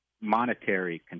monetary